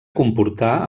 comportà